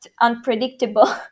unpredictable